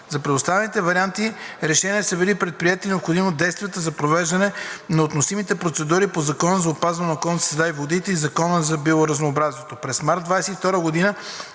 За представените вариантни решения са били предприети необходимите действия за провеждане на относимите процедури по Закона за опазване на околната среда и водите и Закона за биоразнообразието. През март 2022 г.